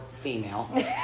female